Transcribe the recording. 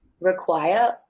require